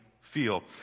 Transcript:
feel